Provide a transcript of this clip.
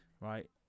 right